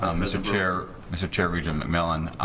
mr. chair mr. chary jim mcmillian